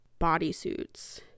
bodysuits